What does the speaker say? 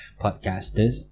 podcasters